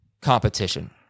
competition